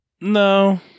No